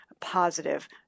positive